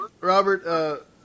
Robert